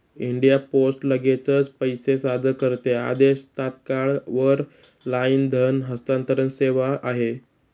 India post लगेचच पैसे सादर करते आदेश, तात्काळ वर लाईन धन हस्तांतरण सेवा आहे